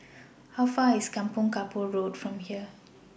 How Far away IS Kampong Kapor Road from here